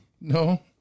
No